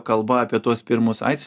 kalba apie tuos pirmus aids